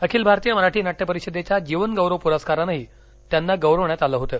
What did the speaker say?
अखिल भारतीय मराठी नाट्य परिषदेच्या जीवन गौरव पुरस्कारानंही त्यांना गौरवण्यात आलं होतं